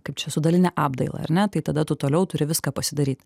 kaip čia su daline apdaila ar ne tai tada tu toliau turi viską pasidaryt